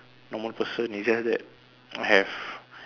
normal person is just that I have